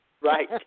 Right